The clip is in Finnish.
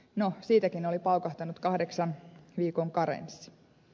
no siitäkin oli paukahtanut kahdeksan viikon karenssi